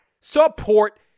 support